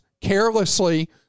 carelessly